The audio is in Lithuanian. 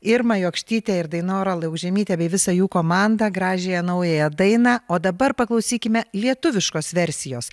irmą jokštytę ir dainorą laukžemytę bei visą jų komandą gražiąją naująją dainą o dabar paklausykime lietuviškos versijos